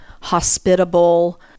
hospitable